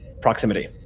proximity